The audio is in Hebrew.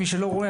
מי שלא רואה,